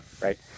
right